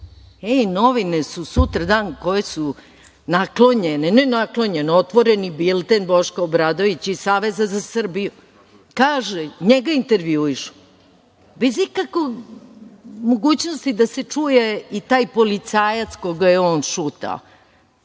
Novine sutradan, koje su naklonjene, ne naklonjene, otvoreni bilten Boška Obradovića iz Saveza za Srbiju, njega intervjuišu bez ikakve mogućnosti da se čuje i taj policajac koga je on šutao,